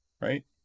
right